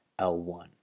L1